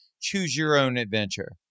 choose-your-own-adventure